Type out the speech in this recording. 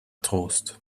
trost